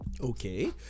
okay